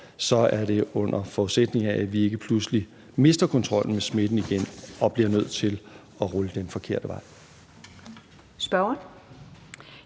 op, er det, under forudsætning af at vi ikke pludselig mister kontrollen over smitten igen og bliver nødt til at rulle den forkerte vej.